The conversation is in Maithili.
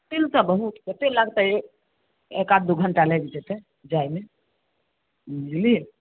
बहुत कते लागतै एक आध दू घंटा लागि जेतै जायमे बुझलियै